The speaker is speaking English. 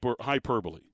hyperbole